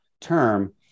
term